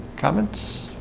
comments